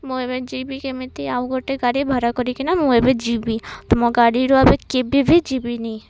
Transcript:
ମୁଁ ଏବେ ଯିବି କେମିତି ଆଉ ଗୋଟେ ଗାଡ଼ି ଭଡ଼ା କରିକିନା ମୁଁ ଏବେ ଯିବି ତୁମ ଗାଡ଼ିରେ ଏବେ କେଭେ ବି ଯିବିନି